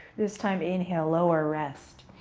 this time, inhale lower, rest.